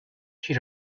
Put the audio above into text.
she